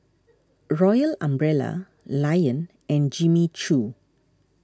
Royal Umbrella Lion and Jimmy Choo